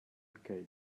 cake